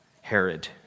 Herod